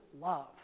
love